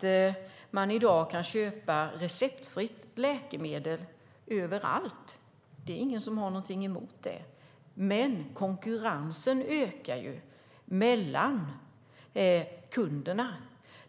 kan man köpa receptfria läkemedel överallt - ingen har någonting emot det - och därför ökar konkurrensen om kunderna.